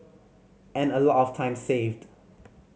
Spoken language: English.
and a lot of time saved